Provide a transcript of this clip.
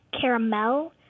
caramel